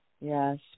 Yes